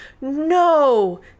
no